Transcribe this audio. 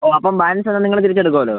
ഓ അപ്പം ബാലൻസ് വന്നാൽ നിങ്ങൾ തിരിച്ചെടുക്കുമല്ലോ